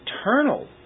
eternal